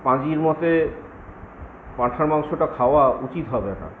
পাঁজির মতে পাঁঠার মাংসটা খাওয়া উচিত হবে না